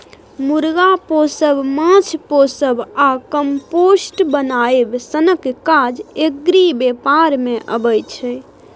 मुर्गा पोसब, माछ पोसब आ कंपोस्ट बनाएब सनक काज एग्री बेपार मे अबै छै